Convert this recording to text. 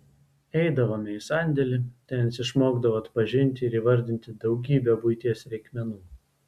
eidavome į sandėlį ten jis išmokdavo atpažinti ir įvardinti daugybę buities reikmenų